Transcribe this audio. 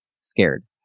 scared